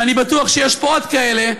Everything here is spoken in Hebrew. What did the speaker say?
ואני בטוח שיש פה עוד כאלה,